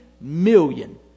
million